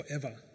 forever